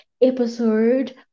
episode